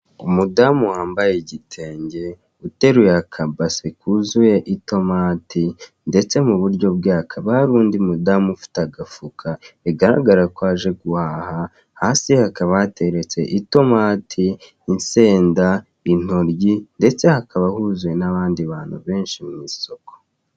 Umudamu wambaye igitenge, uteruye akabase kuzuye itomati, ndetse mu buryo bwe hakaba hari undi mudamu ufite agafuka bigaragara ko aje guhaha, hasi hakaba hateretse itomati, insenda, intoryi, ndetse hakaba huzuye n'abandi bantu benshi mu isoko.